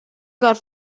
got